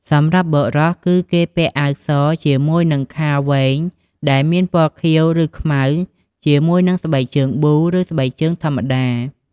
សម្រាប់បុរសគឺគេពាក់អាវសជាមួយនិងខោវែងដែលមានពណ៌ខៀវឬខ្មៅ ជាមួយនិងស្បែកជើងប៊ូ ឬស្បែកជើងធម្មតា។